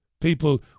People